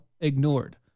ignored